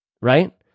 right